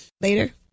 later